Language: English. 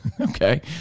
Okay